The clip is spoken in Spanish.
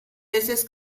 veces